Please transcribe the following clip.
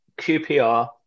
QPR